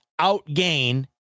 outgain